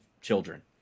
children